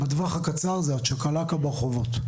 בטווח הקצר זה הצ'קלקה ברחובות.